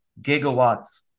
gigawatts